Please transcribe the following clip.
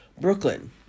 Brooklyn